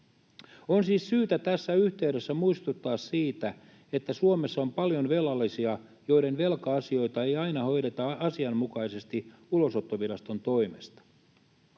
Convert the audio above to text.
On siis syytä tässä yhteydessä muistuttaa siitä, että Suomessa on paljon velallisia, joiden velka-asioita ei aina hoideta asianmukaisesti ulosottoviraston toimesta.